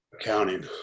Accounting